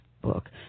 book